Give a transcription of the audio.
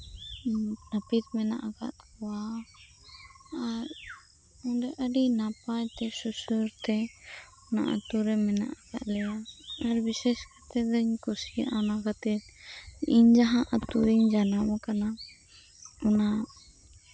ᱱᱟᱹᱯᱤᱛ ᱢᱮᱱᱟᱜ ᱟᱠᱟᱫ ᱠᱚᱣᱟ ᱟᱨ ᱚᱸᱰᱮ ᱟᱹᱰᱤ ᱱᱟᱯᱟᱭ ᱛᱮ ᱥᱩᱨᱼᱥᱩᱨ ᱛᱮ ᱟᱹᱛᱩ ᱨᱮ ᱢᱮᱱᱟᱜ ᱟᱠᱟᱫ ᱞᱮᱭᱟ ᱟᱨ ᱵᱤᱥᱮᱥ ᱠᱟᱨᱛᱮᱫᱩᱧ ᱠᱩᱥᱤᱭᱟᱜᱼᱟ ᱚᱱᱟ ᱠᱷᱟᱹᱛᱤᱨ ᱤᱧ ᱡᱟᱦᱟᱸ ᱟᱹᱛᱩᱧ ᱡᱟᱱᱟᱢ ᱟᱠᱟᱱᱟ ᱚᱱᱟ